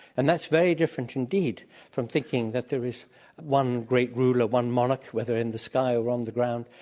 and that's very different indeed from thinking that there is one great ruler, one monarch, whether in the sky or on the ground,